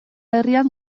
herrian